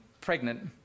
pregnant